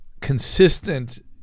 Consistent